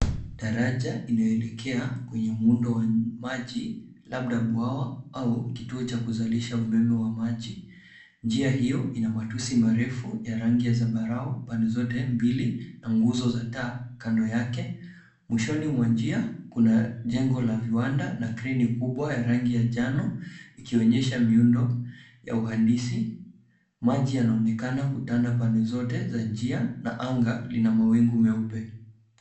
Daraja linaloelekea kwenye muundo wa maji labda bwawa au kituo cha kuzalisha umeme wa maji. Njia hio ina matusi marefu ya rangi ya zambarau pande zote mbili na nguzo za taa kando yake. Mwishoni mwa njia kuna jengo la viwanda na kreni kubwa ya rangi ya njano ikionyeha miundo ya uhandisi. Maji yanaonekana kutanda pande zote za njia anga lina mawingu meupe.